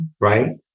right